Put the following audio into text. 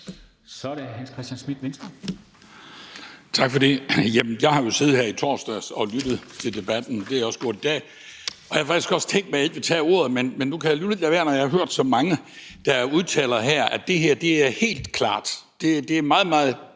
hr. Hans Christian Schmidt, Venstre.